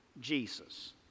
Jesus